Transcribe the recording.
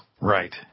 Right